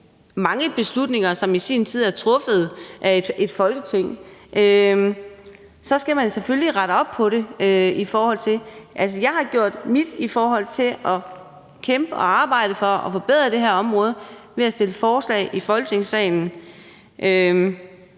mange beslutninger, som i sin tid er truffet af et Folketing? Så skal man selvfølgelig rette op på det. Jeg har gjort mit i forhold til at kæmpe og arbejde for at forbedre det her område ved at fremsætte forslag i Folketingssalen,